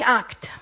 act